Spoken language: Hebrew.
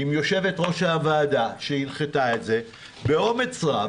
עם יושבת-ראש הוועדה שהנחתה את זה באומץ רב,